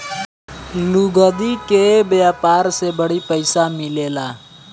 लुगदी के व्यापार से बड़ी पइसा मिलेला